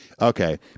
Okay